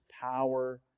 power